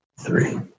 three